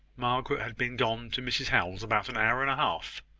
margaret had been gone to mrs howell's about an hour and a half,